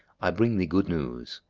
i bring thee good news.